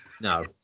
No